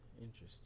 Interesting